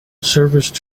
serviced